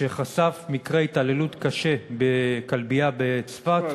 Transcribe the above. שחשף מקרה התעללות קשה בכלבייה בצפת,